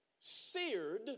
seared